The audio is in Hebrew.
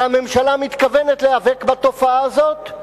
שהממשלה מתכוונת להיאבק בתופעה הזאת,